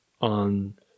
on